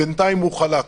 בינתיים הוא חלה.